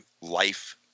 life